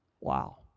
Wow